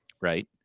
right